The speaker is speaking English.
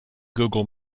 google